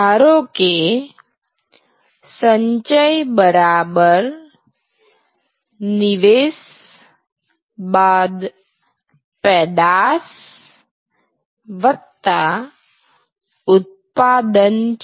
ધારોકે સંચય બરાબર નિવેશ બાદ પેદાશ વત્તા ઉત્પાદન છે